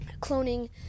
cloning